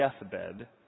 deathbed